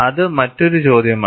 അത് മറ്റൊരു ചോദ്യമാണ്